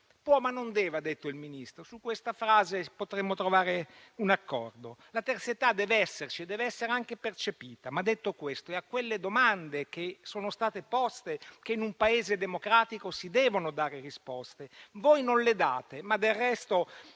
"Può ma non deve", ha detto il Ministro: su questa frase potremmo trovare un accordo. La terzietà deve esserci e deve essere anche percepita. Ma detto questo, è a quelle domande che sono state poste che in un Paese democratico si devono dare risposte. Voi non le date, ma del resto